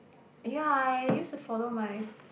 ya I used to follow my